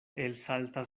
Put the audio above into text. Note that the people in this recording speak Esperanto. elsaltas